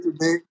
today